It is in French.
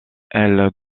elle